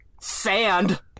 sand